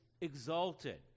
exalted